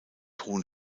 hohen